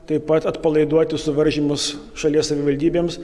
taip pat atpalaiduoti suvaržymus šalies savivaldybėms